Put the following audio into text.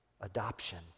Adoption